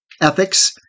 Ethics